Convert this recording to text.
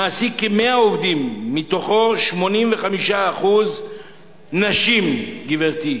הוא מעסיק כ-100 עובדים, מתוכם 85% נשים, גברתי.